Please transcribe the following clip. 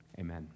Amen